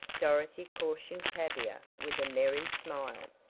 dorothy cautioned tavia with a merry smile,